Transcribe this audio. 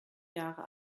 jahre